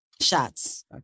shots